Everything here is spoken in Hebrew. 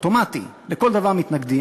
אוטומטי לכל דבר מתנגדים,